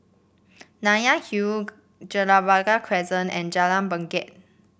Nanyang Hill Gibraltar Crescent and Jalan Bangket